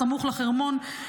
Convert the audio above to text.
בסמוך לחרמון,